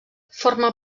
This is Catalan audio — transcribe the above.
forma